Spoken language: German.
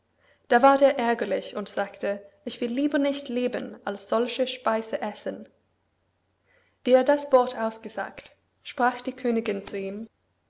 da ward er ärgerlich und sagte ich will lieber nicht leben als solche speise essen wie er das wort ausgesagt sprach die königin zu ihm